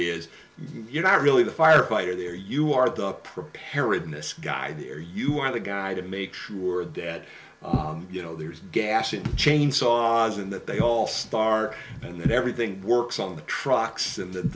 is you're not really the firefighter there you are the preparedness guy there you are the guy to make sure that you know there's gas and chainsaws and that they all star and everything works on the trucks and th